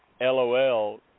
LOL